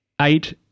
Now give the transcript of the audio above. Eight